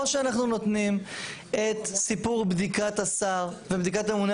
או שאנחנו נותנים את סיפור בדיקת השר ובדיקת הממונה